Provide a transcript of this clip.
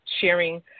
sharing